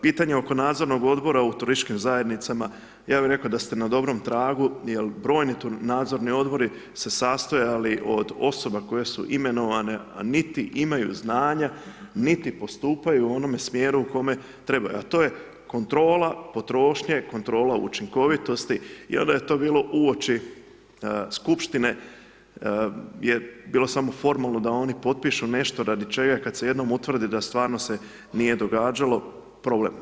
Pitanje oko nadzornog odbora u turističkim zajednicama, ja bi rekao da ste na dobrom tragu jer brojni nadzorni odbori se sastojali od osoba koje su imenovane, a niti imaju znanja, niti postupaju u onome smjeru u kome trebaju, a to je kontrola potrošnje, kontrola učinkovitosti, i onda je to bilo uoči skupštine je bilo samo formalno da oni potpišu nešto radi čega, kad se jednom utvrdi da stvarno se nije događalo, problem.